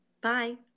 Bye